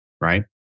Right